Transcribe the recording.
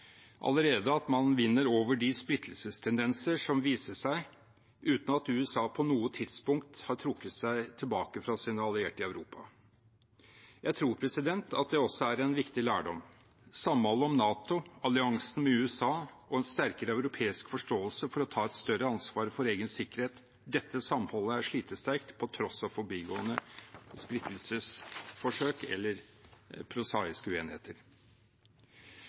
allerede at man vinner over de splittelsestendenser som viste seg, uten at USA på noe tidspunkt har trukket seg tilbake fra sine allierte i Europa. Jeg tror at det også er en viktig lærdom. Samholdet om NATO, alliansen med USA og en sterkere europeisk forståelse for å ta et større ansvar for egen sikkerhet – dette samholdet er slitesterkt på tross av forbigående splittelsesforsøk eller prosaiske uenigheter.